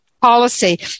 policy